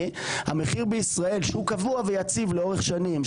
המחיר בישראל שהוא קבוע ויציב לאורך שנים,